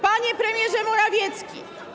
Panie Premierze Morawiecki!